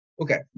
Okay